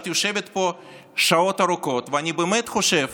את יושבת פה שעות ארוכות, ואני באמת חושב